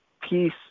peace